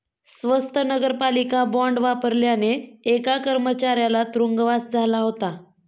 स्वत नगरपालिका बॉंड वापरल्याने एका कर्मचाऱ्याला तुरुंगवास झाला होता